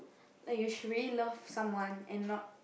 like you should really love someone and not